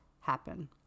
happen